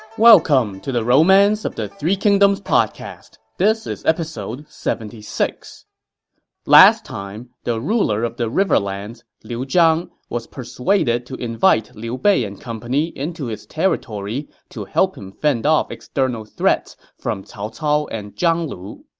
welcome to the romance of the three kingdoms podcast. this is episode seventy six point last time, the ruler of the riverlands, liu zhang, was persuaded to invite liu bei and company into his territory to help him fend off external threats from cao cao and zhang lu.